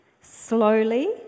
slowly